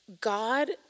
God